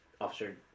Officer